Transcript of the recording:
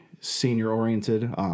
senior-oriented